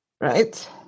right